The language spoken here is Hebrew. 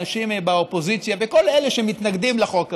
אנשים באופוזיציה וכל אלה שמתנגדים לחוק הזה,